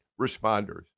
responders